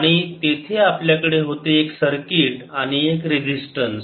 आणि तेथे आपल्याकडे होते एक सर्किट आणि एक रेजिस्टन्स